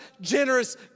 generous